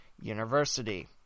University